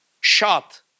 shot